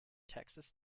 texas